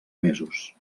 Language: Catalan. mesos